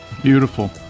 Beautiful